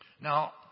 Now